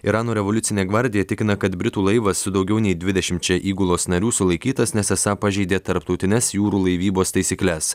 irano revoliucinė gvardija tikina kad britų laivas su daugiau nei dvidešimčia įgulos narių sulaikytas nes esą pažeidė tarptautines jūrų laivybos taisykles